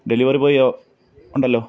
delivery ബോയിയൊ ഉണ്ടല്ലൊ